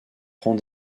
prend